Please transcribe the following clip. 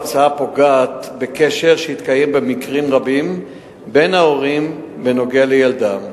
ההצעה פוגעת בקשר שמתקיים במקרים רבים בין ההורים בנוגע לילדם.